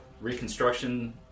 reconstruction